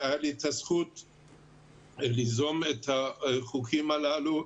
היה לי את הזכות ליזום את החוקים הללו.